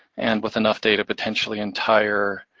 and with enough data, potentially entire